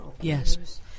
Yes